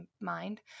mind